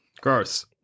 Gross